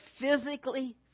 physically